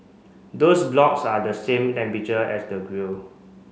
those blocks are the same temperature as the grill